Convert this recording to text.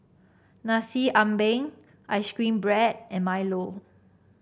Nasi Ambeng ice cream bread and milo